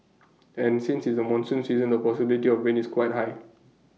and since it's the monsoon season the possibility of rain is quite high